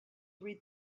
read